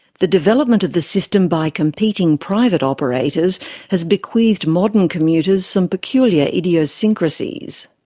the development of the system by competing private operators has bequeathed modern commuters some peculiar idiosyncrasies.